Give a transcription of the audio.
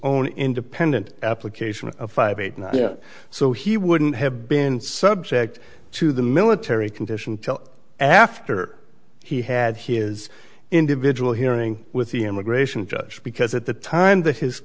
own independent application of a five eight nine yeah so he wouldn't have been subject to the military condition after he had he is individual hearing with the immigration judge because at the time the his